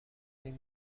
این